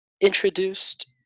introduced